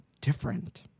different